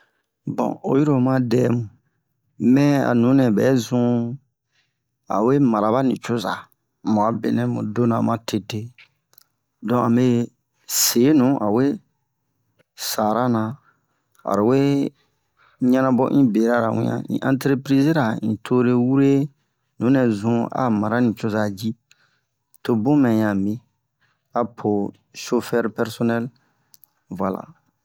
Bon oyi ro oma dɛmu mɛn a nunɛ bɛ zun awe mara ba nicoza mu'a benɛ mu dona ma tete don ame se nu a we sarana awe ɲanabo un bera ra wiyan un an un anterepirizira un tore wure nunɛ zun a mara nicoza ji to bun mɛya mi a po shofɛr pɛrsonɛl